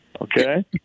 okay